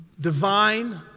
divine